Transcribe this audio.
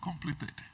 completed